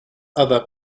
other